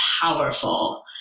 powerful